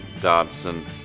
dancing